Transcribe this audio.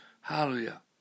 Hallelujah